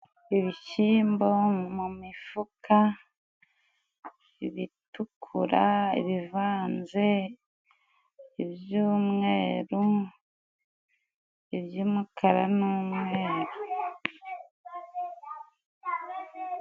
Ibishyimbo mu mifuka, ibitukura, ibivanze, iby'umweru, iby'umukara n'umweru.